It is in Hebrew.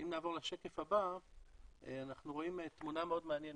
בשקף הבא אנחנו רואים תמונה מאוד מעניינית.